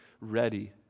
ready